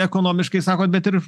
ekonomiškai sakot bet ir